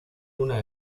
una